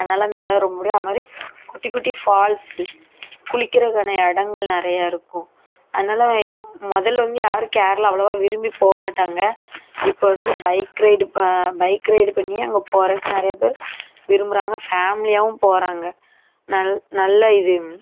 அதனால அந்த இடம் ரொம்ப பிடிக்கும் அதுமாதிரி குட்டி குட்டி ஃபால்ஸ்ஸு குளிக்கிறதுக்கான இடங்கள் நிறையா இருக்கும் அதனால முதலில் வந்து யாரும் கேரளா அவ்வளவாக விரும்பிப் போக மாட்டாங்க இப்போ வந்து பைக் ரைடு இப்போ பைக் ரைடு பண்ணி அங்கே போறதுக்கு நிறையா பேர் விரும்புகிறாங்க ஃபேமிலியாகவும் போகிறாங்க நல்ல நல்ல இது